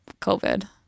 COVID